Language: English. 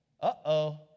Uh-oh